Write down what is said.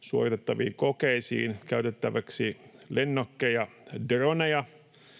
suoritettaviin kokeisiin käytettäväksi lennokkeja, droneja.